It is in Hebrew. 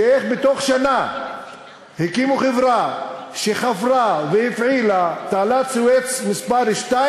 איך בתוך שנה הקימו חברה שחפרה והפעילה את תעלת סואץ מס' 2,